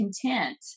content